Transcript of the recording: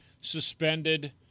suspended